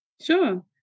Sure